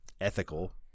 ethical